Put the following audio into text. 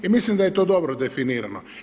I mislim da je to dobro definirano.